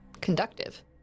conductive